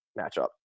matchup